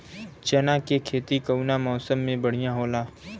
चना के खेती कउना मौसम मे बढ़ियां होला?